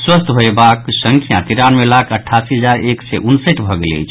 स्वस्थ होयवालाक संख्या तिरानवे लाख अट्ठासी हजार एक सय उनसठि भऽ गेल अछि